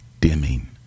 dimming